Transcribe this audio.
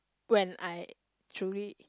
when I truly